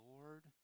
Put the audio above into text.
Lord